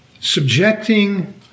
Subjecting